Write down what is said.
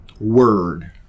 word